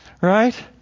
right